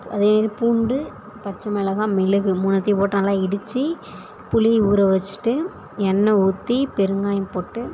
அதே பூண்டு பச்சை மிளகா மிளகு மூணுத்தையும் போட்டு நல்லா இடிச்சி புளியை ஊற வச்சுட்டு எண்ணெய் ஊற்றி பெருங்காயம் போட்டு